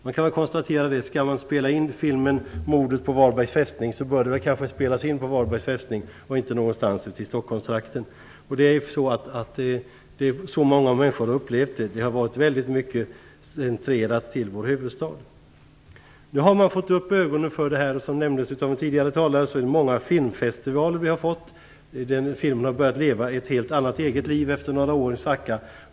Man kan konstatera att skall filmen Mordet på Varbergs fästning spelas in bör det kanske ske på Varbergs fästning och inte någonstans i Stockholmstrakten. Det är så många människor har upplevt det. Mycket har varit centrerat till vår huvudstad. Nu har man fått upp ögonen för det som nämndes av en tidigare talare. Vi har fått många filmfestivaler. Filmen har börjat leva ett helt eget liv efter några år i svacka.